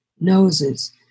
noses